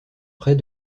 près